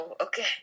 Okay